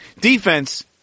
Defense